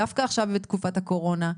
דווקא עכשיו בתקופת הקורונה,